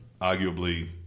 arguably